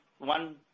One